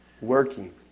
Working